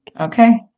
Okay